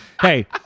Hey